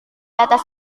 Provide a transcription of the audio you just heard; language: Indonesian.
atas